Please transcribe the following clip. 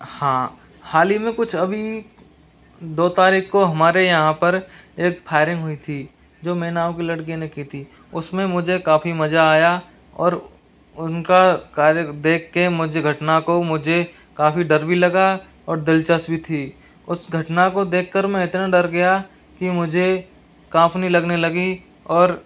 हाँ हाल ही में कुछ अभी दो तारीख को हमारे यहाँ पर एक फायरिंग हुई थी जो मेनाऊ के लड़के ने की थी उसमें मुझे काफ़ी मजा आया और उनका कार्य देख के मुझे घटना को मुझे काफ़ी डर भी लगा और दिलचस्प भी थी उस घटना को देखकर मैं इतना डर गया कि मुझे कांपनी लगने लगी और